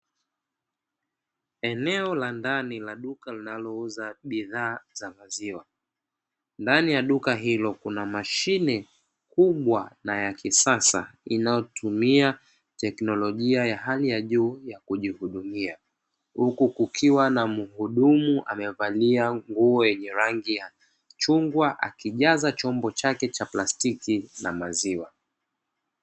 Eneo la ndani la duka linalouza bidhaa za maziwa. Ndani ya duka hilo kuna mashine kubwa na ya kisasa inayotumia teknolojia ya hali ya juu ya kujihudumia. Huku kukiwa na mhudumu amevalia nguo yenye rangi ya chungwa akijaza chombo chake cha plastiki na maziwa.